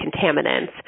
contaminants